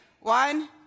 One